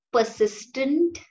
persistent